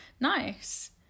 nice